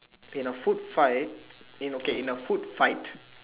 in a food fight in okay in a food fight